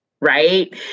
right